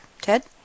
Ted